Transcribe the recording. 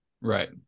right